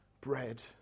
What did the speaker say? bread